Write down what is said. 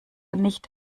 nicht